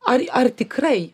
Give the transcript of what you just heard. ar ar tikrai